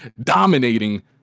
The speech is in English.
dominating